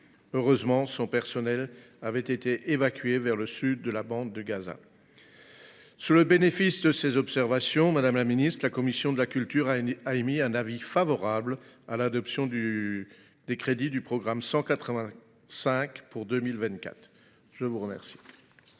Heureusement, son personnel avait été évacué vers le sud de la bande de Gaza. Au bénéfice de ces observations, madame la ministre, la commission de la culture a émis un avis favorable à l’adoption des crédits du programme 185 pour 2024. Mes chers